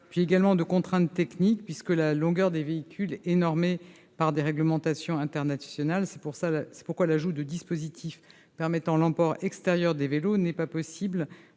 de secours -et de difficultés techniques, puisque la longueur des véhicules est normée par des réglementations internationales- c'est pourquoi l'ajout de dispositifs permettant l'emport extérieur de vélos n'est pas possible